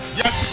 yes